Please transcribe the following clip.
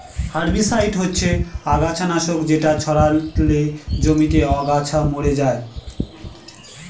herbicide হচ্ছে আগাছা নাশক যেটা ছড়ালে জমিতে আগাছা মরে যায়